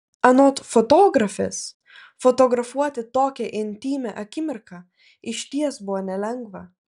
anot fotografės fotografuoti tokią intymią akimirką išties buvo nelengva